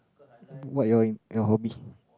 what your your hobby